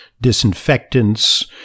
disinfectants